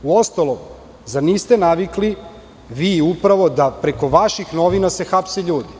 Uostalom, zar niste navikli, vi upravo, da preko vaših novina se hapse ljudi?